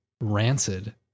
rancid